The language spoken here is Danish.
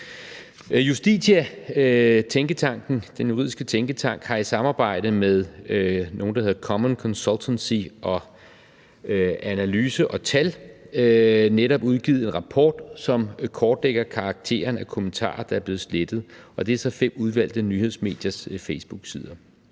Justia, den juridiske tænketank, har i samarbejde med nogle, der hedder Common Consultancy og Analyse & Tal netop udgivet en rapport, som kortlægger karakteren af kommentarer, der er blevet slettet, og det er så fem udvalgte nyhedsmediers facebooksider,